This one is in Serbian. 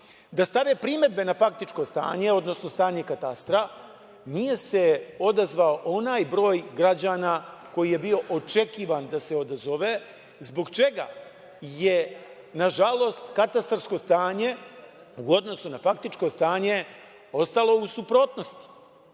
da stave primedbe na faktično stanje, odnosno stanje katastra. Nije se odazvao onaj broj građana koji je bio očekivan da se odazove, zbog čega je na žalost katastarsko stanje u odnosu na faktičko stanje ostalo u suprotnosti,